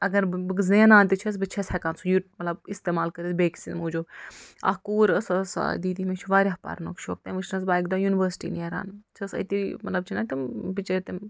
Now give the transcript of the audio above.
اَگر بہٕ زینان تہِ چھیٚس بہٕ تہِ چھیٚس ہیٚکان سُہ یوٚ مطلب اِستعمال کٔرِتھ بیٚکہِ سٕنٛدۍ موٗجوٗب اکھ کوٗر ٲسۍ سۄ ٲسۍ دیٖدی مےٚ چھُ واریاہ پَرنُک شوق تٔمۍ وُچھنَس بہٕ اَکہِ دۄہ یونیٖوَرسٹی نیران سۄ ٲسۍ أتی مطلب چھِنہ تِم بِچٲرۍ تِم